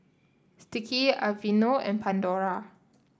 Sticky Aveeno and Pandora